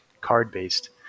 card-based